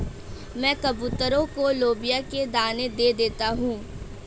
मैं कबूतरों को लोबिया के दाने दे देता हूं